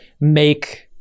make